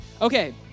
Okay